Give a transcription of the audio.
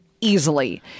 easily